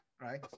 right